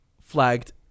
flagged